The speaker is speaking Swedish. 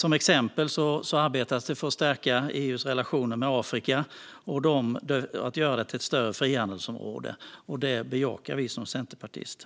Till exempel arbetas det för att stärka EU:s relationer med Afrika och att göra det till ett större frihandelsområde. Det bejakar vi som centerpartister.